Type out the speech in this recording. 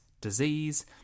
disease